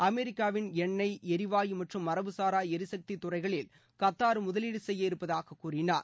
அமெரிக்காவின் எண்ணெய் எரிவாயு மற்றும் மரபுசாரா எரிசக்தி துறைகளில் கத்தார் முதலீடு செய்ய இருப்பதாக கூறினார்